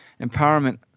empowerment